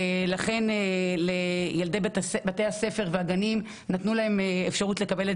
ולכן לילדי בית הספר והגנים נתנו אפשרות לקבל את